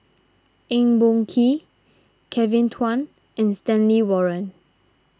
Eng Boh Kee Kevin Kwan and Stanley Warren